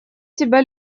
тебя